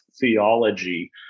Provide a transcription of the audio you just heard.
theology